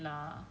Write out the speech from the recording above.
ya but